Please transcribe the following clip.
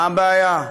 מה הבעיה,